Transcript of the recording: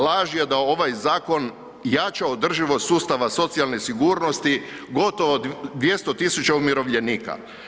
Laž je da ovaj zakon jača održivost sustava socijalne sigurnosti gotovo 200.000 umirovljenika.